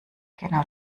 genau